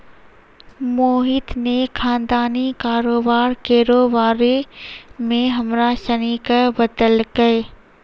मोहित ने खानदानी कारोबार केरो बारे मे हमरा सनी के बतैलकै